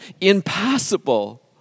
Impossible